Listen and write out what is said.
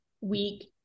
week